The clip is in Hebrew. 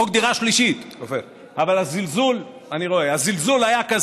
חוק דירה שלישית, אבל הזלזול היה כזה,